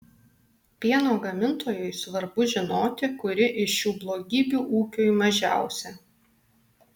pieno gamintojui svarbu žinoti kuri iš šių blogybių ūkiui mažiausia